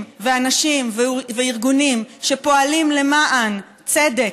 ואנשים וארגונים שפועלים למען צדק,